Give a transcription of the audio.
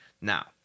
Now